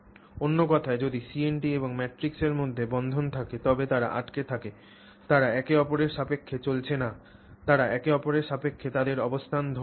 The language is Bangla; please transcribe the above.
অন্য কথায় যদি CNT এবং ম্যাট্রিক্সের মধ্যে বন্ধন থাকে তবে তারা আটকে থাকে তারা একে অপরের সাপেক্ষে চলছে না তারা একে অপরের সাপেক্ষে তাদের অবস্থান ধরে রাখে